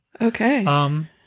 Okay